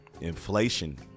Inflation